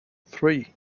three